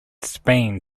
spain